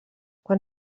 quan